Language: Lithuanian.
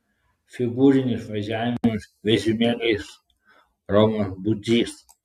figūrinis važiavimas vežimėliais romas budžys